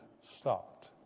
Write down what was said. stopped